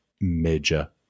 major